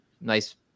nice